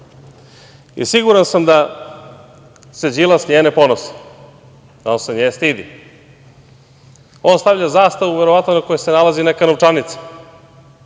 Siguran sam da se Đilas nje ne ponosi, ali se nje stidi. On stavlja zastavu verovatno na kojoj se nalazi neka novčanica,